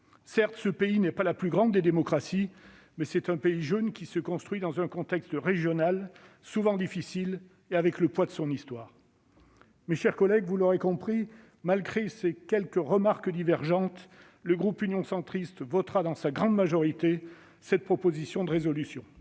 Certes, ce pays n'est pas la plus grande des démocraties, mais c'est un pays jeune qui se construit dans un contexte régional souvent difficile, et marqué du poids de son histoire. Mes chers collègues, vous l'aurez compris, malgré ces quelques remarques divergentes, le groupe Union Centriste votera dans sa grande majorité cette proposition de résolution.